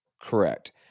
correct